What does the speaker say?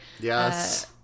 yes